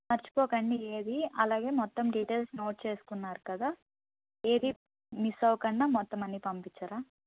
మర్చిపోకండి ఏది అలాగే మొత్తం డీటెయిల్స్ నోట్ చేసుకున్నారు కదా ఏది మిస్ అవ్వకుండా మొత్తం అన్ని పంపించరా